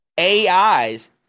AIs